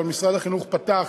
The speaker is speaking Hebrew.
אבל משרד החינוך פתח